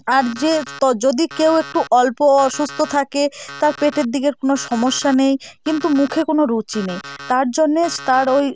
আর যে ত যদি কেউ একটু অল্প অসুস্থ থাকে তার পেটের দিকের কোনো সমস্যা নেই কিন্তু মুখে কোনো রুচি নেই তার জন্যে তার ওই